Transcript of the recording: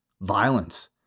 violence